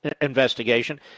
investigation